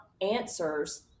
answers